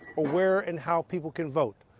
or where and how people can vote,